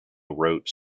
wrote